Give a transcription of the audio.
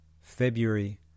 February